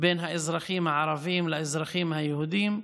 בין האזרחים הערבים לאזרחים היהודים,